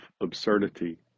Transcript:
absurdity